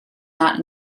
not